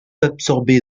absorbée